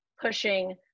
pushing